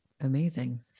Amazing